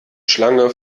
schlange